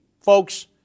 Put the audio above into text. Folks